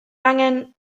angen